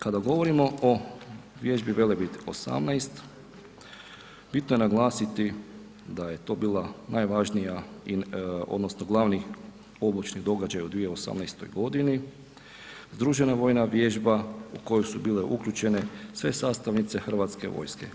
Kada govorimo o vježbi Velebit 18 bitno je naglasiti da je to bila najvažnija i odnosno glavni obučni događaj u 2018. godini, združena vojna vježba u kojoj su bile uključene sve sastavnice Hrvatske vojske.